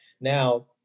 now